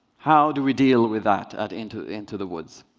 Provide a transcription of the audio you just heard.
how do we deal with that at into into the woods?